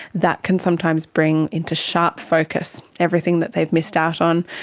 that can sometimes bring into sharp focus everything that they've missed out on,